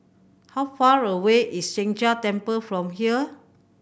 how far away is Sheng Jia Temple from here